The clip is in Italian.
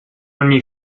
ogni